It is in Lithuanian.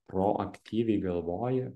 proaktyviai galvoji